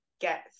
get